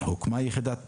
הוקמה יחידת "פלס",